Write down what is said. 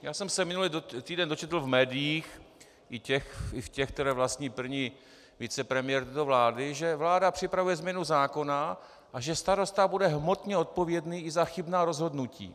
Já jsem se minulý týden dočetl v médiích, i v těch, která vlastní první vicepremiér této vlády, že vláda připravuje změnu zákona a že starosta bude hmotně odpovědný i za chybná rozhodnutí.